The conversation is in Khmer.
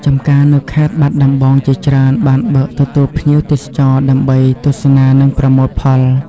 ចម្ការនៅខេត្តបាត់ដំបងជាច្រើនបានបើកទទួលភ្ញៀវទេសចរដើម្បីទស្សនានិងប្រមូលផល។